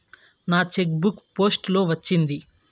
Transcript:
నా cheque book post లో వచ్చింది